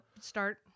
Start